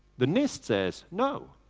the nist says no,